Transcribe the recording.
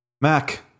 Mac